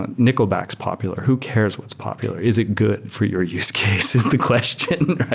and nickelback's popular. who cares what's popular? is it good for your use case is the question,